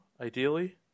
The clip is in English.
ideally